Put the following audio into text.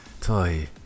Toy